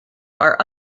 are